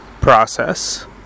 process